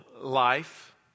life